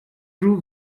true